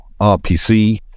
RPC